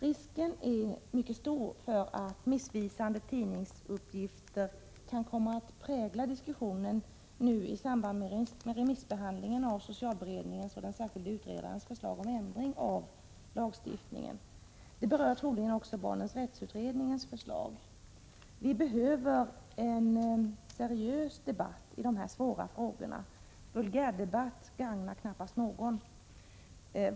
Risken är mycket stor för att missvisande tidningsuppgifter kan komma att prägla diskussionen i samband med remissbehandlingen av socialberedningens och den särskilda utredarens förslag om ändring i lagstiftningen. Det berör troligen också barnens rätt-utredningens förslag. Vi behöver en seriös debatt i dessa svåra frågor. Vulgär debatt gagnar knappast någon.